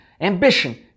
ambition